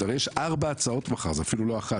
הרי יש 4 הצעות מחר, זה אפילו אחת.